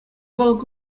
палӑк